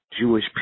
Jewish